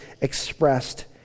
expressed